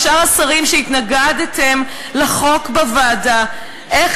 ושאר השרים שהתנגדו לחוק בוועדה: איך